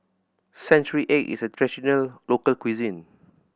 century egg is a traditional local cuisine